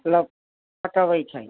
मतलब कटबै छै